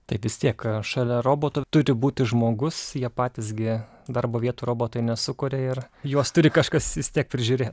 tai vis tiek šalia roboto turi būti žmogus jie patys gi darbo vietų robotai nesukuria ir juos turi kažkas vis tiek prižiūrėt